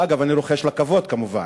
ואגב, אני רוחש לה כבוד, כמובן: